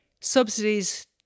subsidies